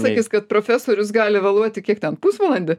sakys kad profesorius gali vėluoti kiek ten pusvalandį